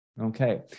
Okay